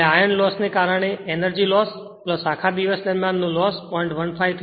હવે આયર્નની લોસ ને કારણે એનર્જી લોસ આખા દિવસ દરમિયાન નો લોસ 0